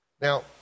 Now